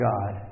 God